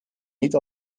niet